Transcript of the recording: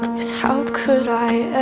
cause how could i